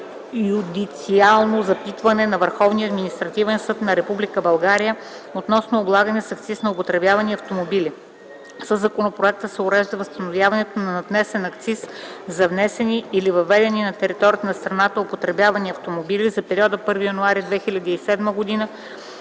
преюдициално запитване на Върховния административен съд на Република България относно облагане с акциз на употребявани автомобили. Със законопроекта се урежда възстановяването на надвнесен акциз за внесени или въведени на територията на страната употребявани автомобили за периода от 1 януари 2007 г.